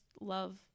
love